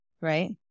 right